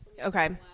Okay